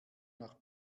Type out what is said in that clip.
nach